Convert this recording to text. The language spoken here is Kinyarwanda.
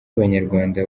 abanyarwanda